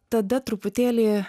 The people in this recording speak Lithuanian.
tada truputėlį